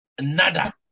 nada